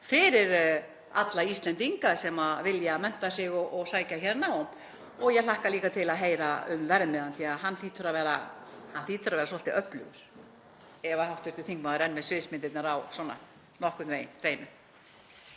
fyrir alla Íslendinga sem vilja mennta sig og sækja hér nám? Og ég hlakka líka til að heyra um verðmiðann því að hann hlýtur að vera svolítið öflugur, ef hv. þingmaður er með sviðsmyndirnar svona nokkurn veginn